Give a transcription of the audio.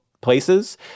places